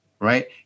right